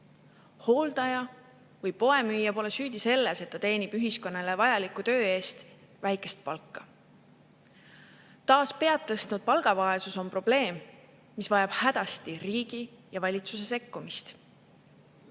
Hooldaja või poemüüja pole süüdi selles, et ta teenib ühiskonnale vajaliku töö eest väikest palka. Taas pead tõstnud palgavaesus on probleem, mis vajab hädasti riigi ja valitsuse sekkumist.